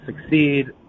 succeed